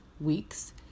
weeks